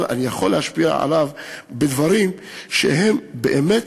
אבל אני יכול להשפיע עליו בדברים שהם באמת